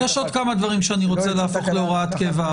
יש עוד כמה דברים שאני רוצה להפוך להוראת קבע,